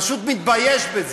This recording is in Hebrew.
פשוט מתבייש בזה.